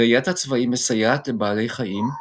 ראיית הצבעים מסייעת לבעלי חיים,